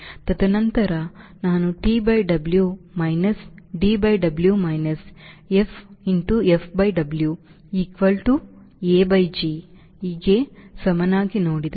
ತದನಂತರ ನಾನು T by W minus D by W minus F f by W equal to a by g ಗೆ ಸಮನಾಗಿ ನೋಡಿದರೆ